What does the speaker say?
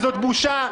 זאת בושה,